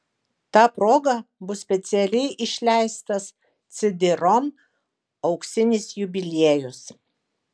ta proga bus specialiai išleistas cd rom auksinis jubiliejus